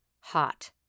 hot